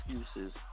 excuses